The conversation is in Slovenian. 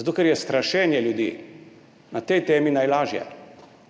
zato ker je strašenje ljudi na tej temi najlažje.